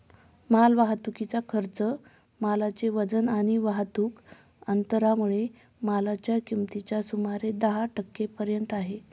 माल वाहतुकीचा खर्च मालाचे वजन आणि वाहतुक अंतरामुळे मालाच्या किमतीच्या सुमारे दहा टक्के पर्यंत आहे